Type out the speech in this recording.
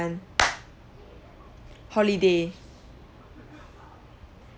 holiday